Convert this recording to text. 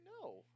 no